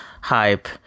hype